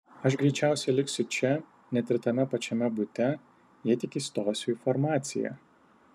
aš greičiausiai liksiu čia net ir tame pačiame bute jei tik įstosiu į farmaciją